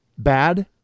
bad